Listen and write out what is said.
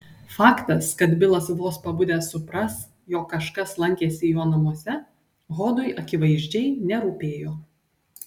faktas kad bilas vos pabudęs supras jog kažkas lankėsi jo namuose hodui akivaizdžiai nerūpėjo